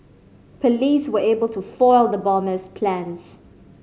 police were able to foil the bomber's plans